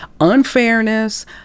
unfairness